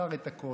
מכר את הכול.